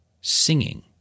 singing